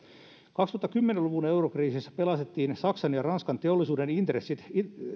kaksituhattakymmenen luvun eurokriisissä pelastettiin saksan ja ranskan teollisuuden intressit